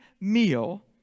meal